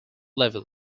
level